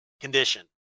condition